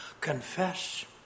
confess